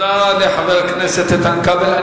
תודה לחבר הכנסת איתן כבל.